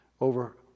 over